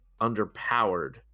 underpowered